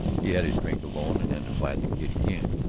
he had his drink alone and then invited the kid again.